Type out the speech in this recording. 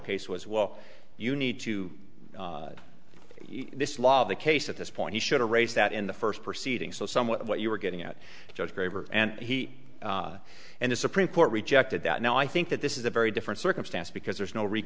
case was well you need to use this law of the case at this point he showed a race that in the first proceeding so somewhat what you were getting at judge graver and he and the supreme court rejected that now i think that this is a very different circumstance because there's no re